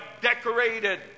decorated